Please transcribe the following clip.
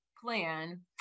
plan